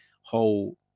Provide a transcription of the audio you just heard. whole